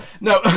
No